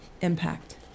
impact